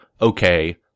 okay